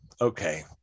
okay